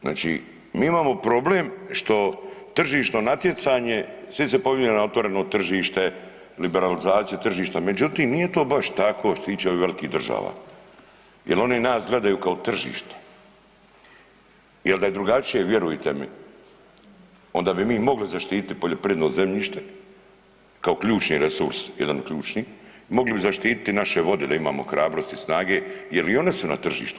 Znači mi imamo problem što tržišno natjecanje svi se pominju na otvoreno tržište, liberalizaciju tržišta međutim nije to baš tako što se tiče ovih velikih država jel oni nas gledaju kao tržište jer da je drugačije vjerujte mi onda bi mogli zaštititi poljoprivredno zemljište kao ključni resurs jedan ključni, mogli bi zaštititi naše vode da imamo hrabrosti i snage jel i one su na tržištu.